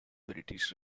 british